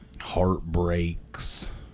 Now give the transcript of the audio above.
Heartbreaks